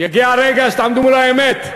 יגיע הרגע שתעמדו מול האמת,